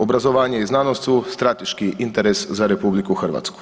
Obrazovanje i znanost su strateški interes za RH.